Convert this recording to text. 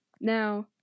Now